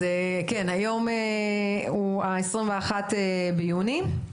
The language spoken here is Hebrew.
היום הוא ה-21 ביוני,